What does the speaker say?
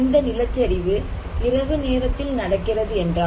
இந்த நிலச்சரிவு இரவு நேரத்தில் நடக்கிறது என்றால்